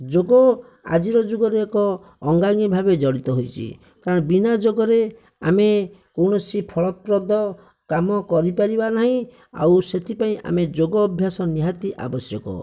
ଯୋଗ ଆଜିର ଯୁଗରେ ଏକ ଅଙ୍ଗାଙ୍ଗୀ ଭାବେ ଜଡ଼ିତ ହୋଇଛି କାରଣ ବିନା ଯୋଗରେ ଆମେ କୌଣସି ଫଳପ୍ରଦ କାମ କରିପାରିବା ନାହିଁ ଆଉ ସେଥିପାଇଁ ଆମେ ଯୋଗ ଅଭ୍ୟାସ ନିହାତି ଆବଶ୍ୟକ